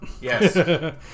Yes